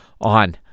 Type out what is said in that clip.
on